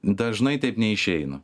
dažnai taip neišeina